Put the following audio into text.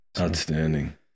Outstanding